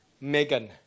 Megan